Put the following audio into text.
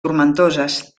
tomentoses